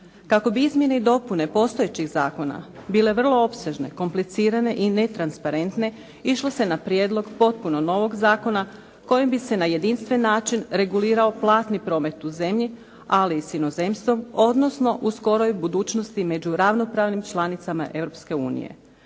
Kako bi izmjene i dopune postojećih zakona bile vrlo opsežne, komplicirane i netransparentne išlo se na prijedlog potpuno novog zakona kojim bi se na jedinstveni način regulirao platni promet u zemlji ali i s inozemstvom odnosno u skoroj budućnosti među ravnopravnim članicama